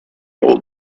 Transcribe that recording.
old